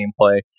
gameplay